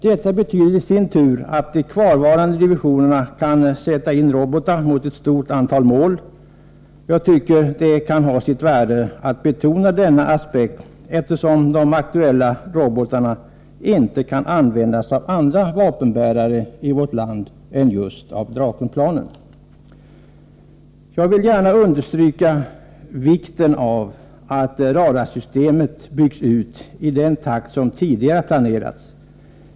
Detta betyder i sin tur att de kvarvarande divisionerna kan sätta in robotar mot ett stort antal mål. Jag tycker det kan ha sitt värde att betona denna aspekt, eftersom de aktuella robotarna inte kan användas av andra vapenbärare i vårt land än just Drakenplanen. Jag vill gärna understryka vikten av att radarsystemet byggs ut i den takt som tidigare planerats.